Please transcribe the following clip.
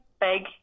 Big